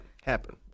happen